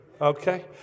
Okay